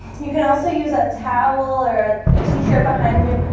you can also use a towel or ah ah t-shirt behind you?